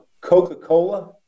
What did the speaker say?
Coca-Cola